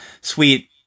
sweet